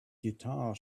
guitar